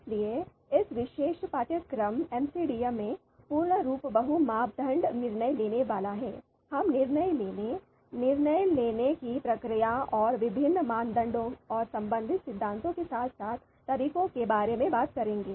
इसलिए इस विशेष पाठ्यक्रम एमसीडीएम में पूर्ण रूप बहु मापदंड निर्णय लेने वाला है हम निर्णय लेने निर्णय लेने की प्रक्रिया और विभिन्न मानदंडों और संबंधित सिद्धांतों के साथ साथ तरीकों के बारे में बात करेंगे